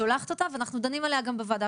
שולחת אותה ואנחנו דנים עליה גם בוועדה.